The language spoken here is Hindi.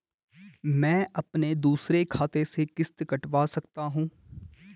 मैं अपने दूसरे खाते से किश्त कटवा सकता हूँ?